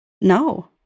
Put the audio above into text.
No